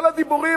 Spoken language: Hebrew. כל הדיבורים,